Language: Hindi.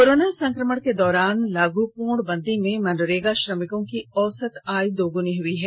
कोरोना संक्रमण के दौरान लागू पूर्ण बंदी में मनरेगा श्रमिकों की औसत आय दोगुनी हई है